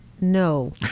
no